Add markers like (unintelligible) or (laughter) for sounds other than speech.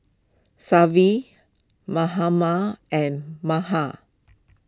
(unintelligible) Mahatma and Mahan